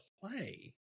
play